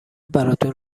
براتون